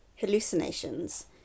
hallucinations